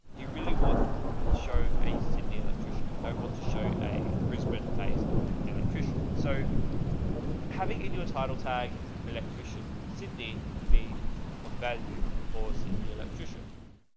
you really want to show a cindy electrician. you don't want to show a brisbane based electrician. so having in your title tag electrician, sydney would be of value or sydney electrician.